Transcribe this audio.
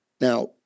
Now